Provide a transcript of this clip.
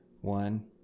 one